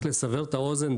רק לסבר את האוזן,